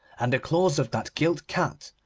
and the claws of that gilt cat,